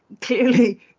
Clearly